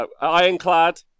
Ironclad